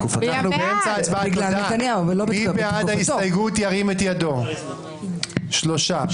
הצבעה מס' 6 בעד ההסתייגות 3 נגד,